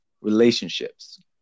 relationships